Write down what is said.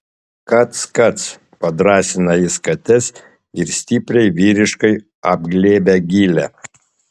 kac kac padrąsina jis kates ir stipriai vyriškai apglėbia gilę